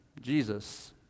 Jesus